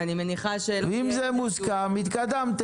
אם זה מוסכם התקדמתם,